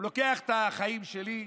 הוא לוקח את החיים שלי,